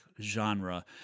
genre